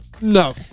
no